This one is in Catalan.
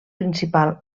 principal